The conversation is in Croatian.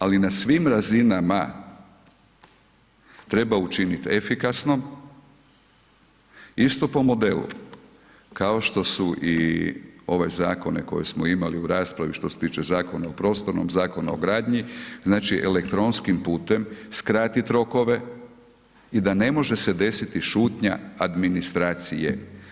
Ali i na svim razinama treba učiniti efikasnom isto po modelu kao što su i ove zakone koje smo imali u raspravi što se tiče Zakona o prostornom, Zakona o gradnji, znači elektronskim putem skratiti rokove i da ne može se desiti šutnja administracije.